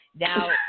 Now